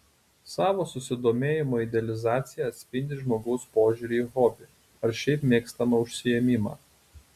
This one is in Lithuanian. savo susidomėjimo idealizacija atspindi žmogaus požiūrį į hobį ar šiaip mėgstamą užsiėmimą